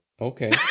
Okay